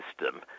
system